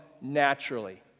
naturally